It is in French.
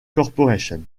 corporation